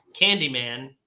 Candyman